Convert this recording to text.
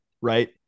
right